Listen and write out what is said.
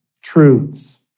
truths